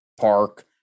park